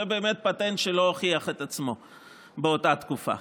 זה באמת פטנט שלא הוכיח את עצמו באותה תקופה.